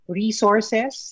resources